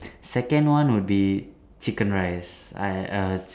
second one would be chicken rice I err chick~